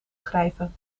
schrijven